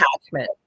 attachment